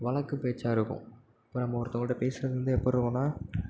வழக்குப் பேச்சாக இருக்கும் இப்போ நம்ம ஒருத்தவங்கள்கிட்ட பேசுகிறது வந்து எப்புடி இருக்குன்னா